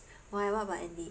why what about Andy